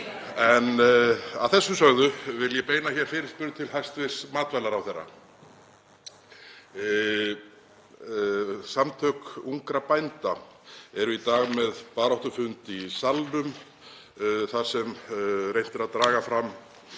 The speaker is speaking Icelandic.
En að þessu sögðu vil ég beina hér fyrirspurn til hæstv. matvælaráðherra. Samtök ungra bænda eru í dag með baráttufund í Salnum þar sem reynt er að draga fram